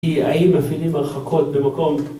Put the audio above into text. ‫האם מפעילים הרחקות במקום...